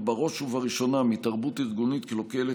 בראש ובראשונה מתרבות ארגונית קלוקלת,